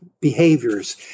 behaviors